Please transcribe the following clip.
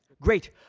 great.